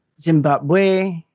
Zimbabwe